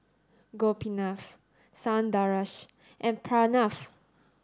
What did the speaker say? Gopinath Sundaresh and Pranav